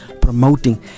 promoting